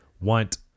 want